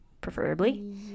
preferably